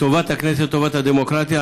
לטובת הכנסת, לטובת הדמוקרטיה.